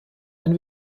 ein